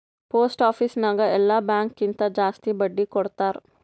post office ನಾಗ್ ಎಲ್ಲಾ bank ಕಿಂತಾ ಜಾಸ್ತಿ ಬಡ್ಡಿ ಕೊಡ್ತಾರ್